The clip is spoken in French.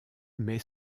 met